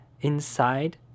inside